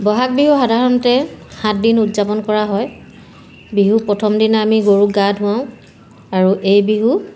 বহাগ বিহু সাধাৰণতে সাতদিন উদযাপন কৰা হয় বিহুত প্ৰথম দিনা আমি গৰুক গা ধুৱওঁ আৰু এই বিহুক